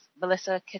Melissa